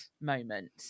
moment